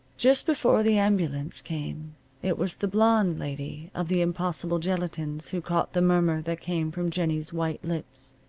just before the ambulance came it was the blonde lady of the impossible gelatines who caught the murmur that came from jennie's white lips.